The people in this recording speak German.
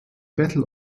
battle